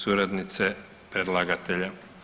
Suradnice predlagatelja.